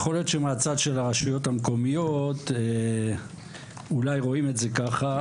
יכול להיות שמהצד של הרשויות המקומיות רואים את זה ככה.